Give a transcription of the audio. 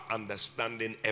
understanding